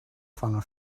vangen